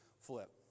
flip